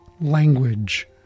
language